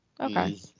okay